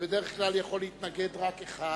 ובדרך כלל יכול להתנגד רק אחד,